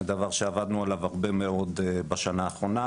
זה היה דבר שעבדנו עליו הרבה מאוד בשנה האחרונה,